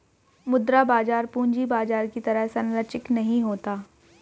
मुद्रा बाजार पूंजी बाजार की तरह सरंचिक नहीं होता